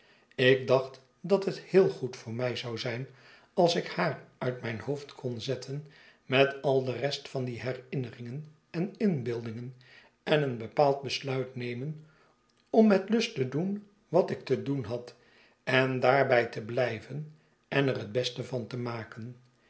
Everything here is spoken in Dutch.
ik dacht dat het heel goed voor mij zou zijn als ik haar uit mijn hoofd kon zetten met al de rest van die herinneringen en inbeeldingen en eenbepaald besluit nemen om met lust te doen wat ik te doen had en daarbij te blijven en erhetbeste van te maken